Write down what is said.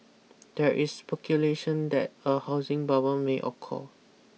there is speculation that a housing bubble may occur